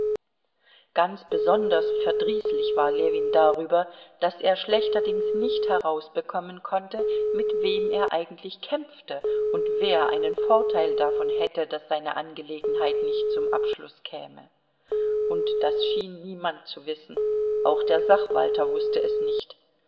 ganz besonders verdrießlich war ljewin darüber daß er schlechterdings nicht herausbekommen konnte mit wem er eigentlich kämpfte und wer einen vorteil davon hätte daß seine angelegenheit nicht zum abschluß käme und das schien niemand zu wissen auch der sachwalter wußte es nicht